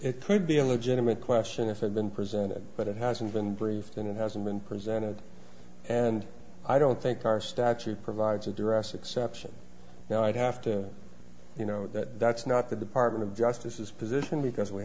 it could be a legitimate question if had been presented but it hasn't been briefed and it hasn't been presented and i don't think our statute provides a duress exception now i'd have to you know that that's not the department of justice is position because we